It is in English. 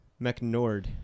McNord